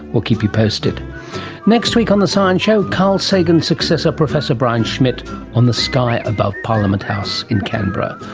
we'll keep you posted. and next week on the science show carl sagan's successor professor brian schmidt on the sky above parliament house in canberra.